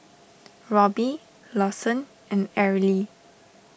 Robby Lawson and Arely